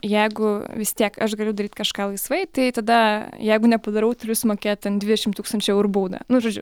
jeigu vis tiek aš galiu daryti kažką laisvai tai tada jeigu nepadarau turiu sumokėti dvidešimt tūkstančių eurų baudą nu žodžiu